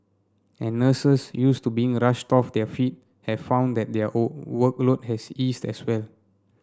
and nurses used to being a rushed off their feet have found that their workload has eased as well